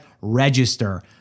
register